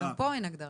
אבל גם פה אין הגדרה.